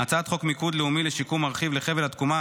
הצעת חוק מיקוד לאומי לשיקום מרחיב לחבל התקומה,